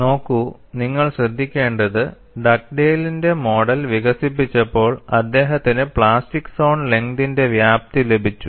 നോക്കൂ നിങ്ങൾ ശ്രദ്ധിക്കേണ്ടത് ഡഗ്ഡേൽ തന്റെ മോഡൽ വികസിപ്പിച്ചപ്പോൾ അദ്ദേഹത്തിന് പ്ലാസ്റ്റിക് സോൺ ലെങ്തിന്റെ വ്യാപ്തി ലഭിച്ചു